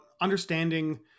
understanding